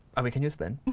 or we can use then,